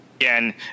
Again